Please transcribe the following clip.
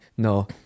No